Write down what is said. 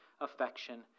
affection